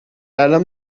الان